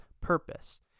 purpose